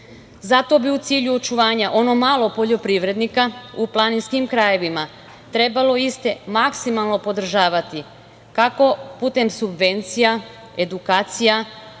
Zato bi u cilju očuvanja ono malo poljoprivrednika u planinskim krajevima trebalo iste maksimalno podržavati kako putem subvencija, edukacija,